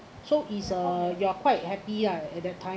so is uh you're quite happy ah at that time